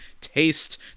taste